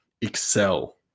excel